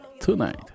tonight